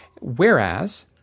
Whereas